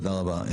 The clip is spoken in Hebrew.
תודה רבה.